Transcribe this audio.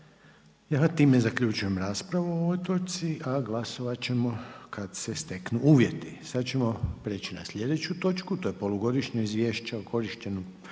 Ja tim zaključujem raspravu o ovoj točci, a glasovat ćemo kad se steknu uvjeti. Sad ćemo preći na sljedeću točku. **Jandroković, Gordan